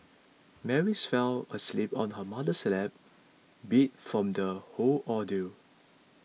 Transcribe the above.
Mary's fell asleep on her mother's lap beat from the whole ordeal